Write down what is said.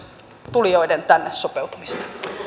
tulijoiden tänne sopeutumista